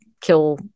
kill